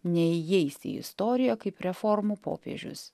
neįeis į istoriją kaip reformų popiežius